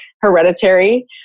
hereditary